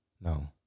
no